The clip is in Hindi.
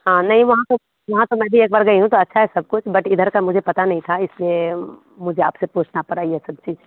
हाँ नहीं वहाँ तो वहाँ तो मैं भी एक बार गई हूँ तो अच्छा है सब कुछ बट इधर का मुझे पता नहीं था इसलिए मुझे आपसे पूछना पड़ा ये सब चीज़